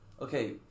okay